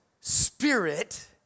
spirit